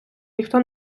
ніхто